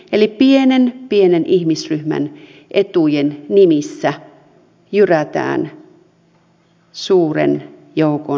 eli pienen pienen ihmisryhmän etujen nimissä jyrätään suuren joukon